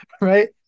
right